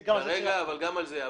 אבל גם על זה.